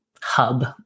hub